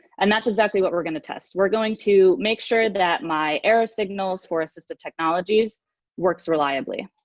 and that's exactly what we are going to test. we are going to make sure that my error signals for assistive technologies works reliably.